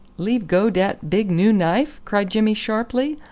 leave go dat big noo knife? cried jimmy sharply.